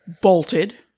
bolted